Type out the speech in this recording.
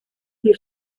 die